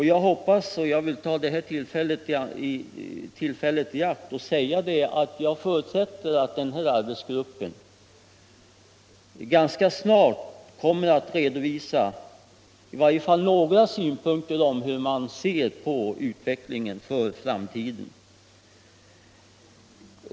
Jag vill ta det här tillfället i akt att säga att jag hoppas och förutsätter att arbetsgruppen ganska snart kommer att redovisa i varje fall något om hur den ser på utvecklingen för framtiden.